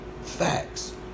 Facts